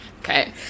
Okay